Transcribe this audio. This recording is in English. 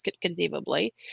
conceivably